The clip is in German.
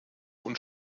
und